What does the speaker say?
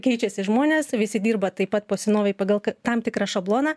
keičiasi žmonės visi dirba taip pat po senovei pagal tam tikrą šabloną